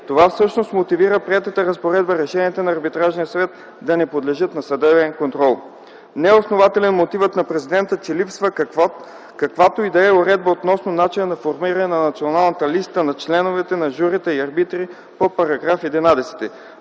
Това всъщност мотивира приетата разпоредба решенията на Арбитражния съвет да не подлежат на съдебен контрол. Не е основателен мотивът на президента, че липсва каквато и да е уредба относно начина на формиране на националната листа на членове на журита и арбитри по § 11.